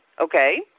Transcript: okay